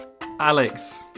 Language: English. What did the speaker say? Alex